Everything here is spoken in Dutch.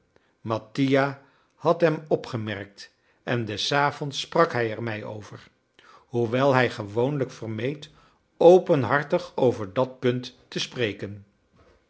mattia had hem opgemerkt en des avonds sprak hij er mij over hoewel hij gewoonlijk vermeed openhartig over dat punt te spreken